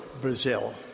Brazil